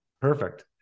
perfect